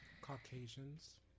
Caucasians